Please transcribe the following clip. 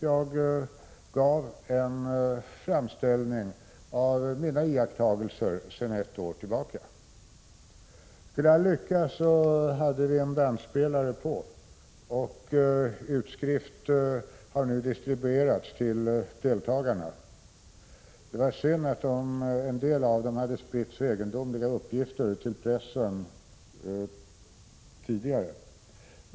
Jag gav en framställning av mina iakttagelser sedan ett år tillbaka. Till all lycka hade vi en bandspelare på, och utskriften har distribuerats till deltagarna. Det var synd att vissa deltagare tidigt hade spritt så egendomliga uppgifter till pressen.